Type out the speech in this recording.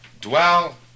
Dwell